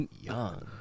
young